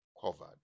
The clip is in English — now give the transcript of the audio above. covered